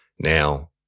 Now